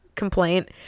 complaint